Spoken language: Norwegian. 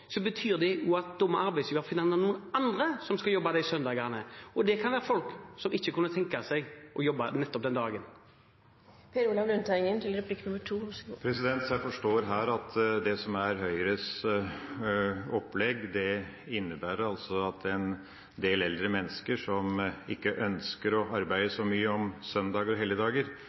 Så er det jo logisk at hvis flere ønsker å jobbe søndager, men ikke får lov, må arbeidsgiver finne noen andre som skal jobbe de søndagene. Det kan være folk som ikke kunne tenke seg å jobbe nettopp den dagen. Jeg forstår her at det som er Høyres opplegg, innebærer at en del eldre mennesker som ikke ønsker å arbeide